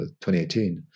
2018